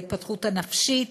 בהתפתחות הנפשית,